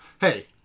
hey